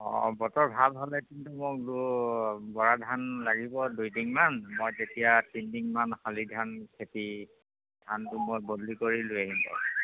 অঁ বতৰ ভাল হ'লে কিন্তু মোক বৰা ধান লাগিব দুই টিংমান মই তেতিয়া তিনি টিংমান শালি ধান খেতি ধানটো মই বদলি কৰি লৈ আহিব